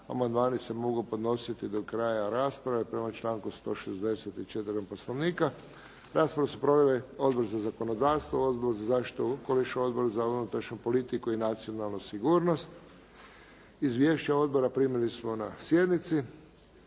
Amandmani se mogu podnositi do kraja rasprave, prema članku 164. Poslovnika. Raspravu su proveli Odbor za zakonodavstvo, Odbor za zaštitu okoliša, Odbor za unutrašnju politiku i nacionalnu sigurnost. Izvješća odbora primili smo na sjednici.